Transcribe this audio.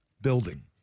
Building